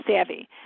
savvy